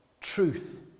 truth